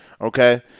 Okay